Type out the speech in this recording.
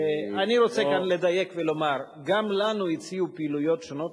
אני רוצה כאן לדייק ולומר שגם לנו הציעו פעילויות שונות,